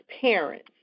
parents